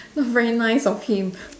not very nice of him